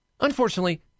Unfortunately